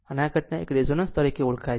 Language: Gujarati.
આમ આ ઘટના એક રેઝોનન્સ તરીકે ઓળખાય છે